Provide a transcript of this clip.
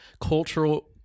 cultural